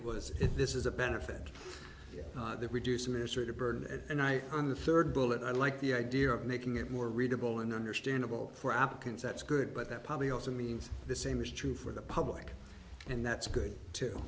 it was if this is a benefit that reduced mr burnet and i on the third bullet i like the idea of making it more readable and understandable for applicants that's good but that probably also means the same is true for the public and that's good too